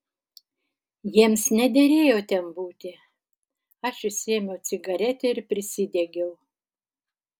jiems nederėjo ten būti aš išsiėmiau cigaretę ir prisidegiau